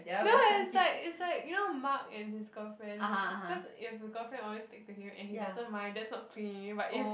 no is like is like you know Mark and his girlfriend cause if the girlfriend always stick to him and he doesn't mind that's not clingy but if